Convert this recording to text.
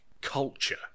culture